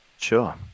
Sure